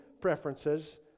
preferences